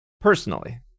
Personally